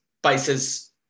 Spice's